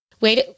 wait